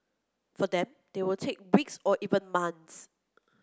for them they will take weeks or even months